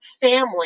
family